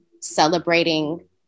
celebrating